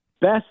best